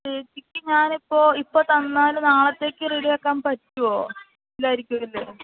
ചേച്ചിക്ക് ഞാനിപ്പോൾ ഇപ്പോൾ തന്നാൽ നാളത്തേക്ക് റെഡിയാക്കാൻ പറ്റുമോ ഇല്ലായിരിക്കുമല്ലേ